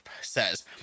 says